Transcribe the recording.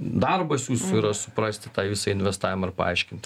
darbas jūsų yra suprasti tą visą investavimą ir paaiškinti